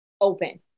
open